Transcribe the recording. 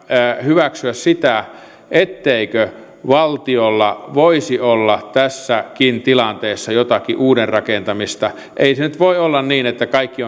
hyväksyä sitä et teikö valtiolla voisi olla tässäkin tilanteessa jotakin uuden rakentamista ei se nyt voi olla niin että kaikki